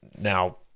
now